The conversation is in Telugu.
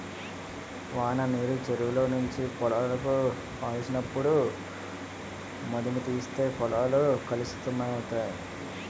వాననీరు చెరువులో నుంచి పొలాలకు కావలసినప్పుడు మధుముతీస్తే పొలాలు కలిసిపోతాయి